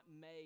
made